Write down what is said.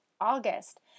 August